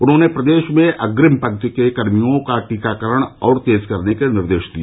उन्होंने प्रदेश में अप्रिम पंक्ति के कर्मियों का टीकाकरण और तेज करने के निर्देश दिए